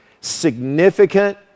significant